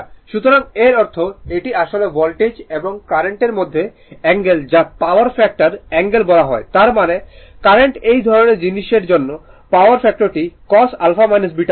সুতরাং এর অর্থ এটি আসলে ভোল্টেজ এবং কারেন্টের মধ্যে অ্যাঙ্গেল যাকে পাওয়ার ফ্যাক্টর অ্যাঙ্গেল বলা হয় তার মানে কারণ এই ধরণের জিনিস এর জন্য পাওয়ার ফ্যাক্টরটি cos হবে